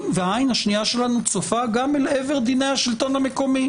והעין השנייה שלנו צופה גם אל עבר דיני השלטון המקומי.